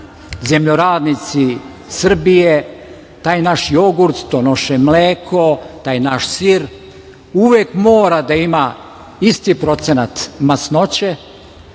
zemljoradnici Srbije, taj naš jogurt, to naše mleko, taj naš sir uvek mora da ima isti procenat masnoće,